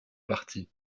parties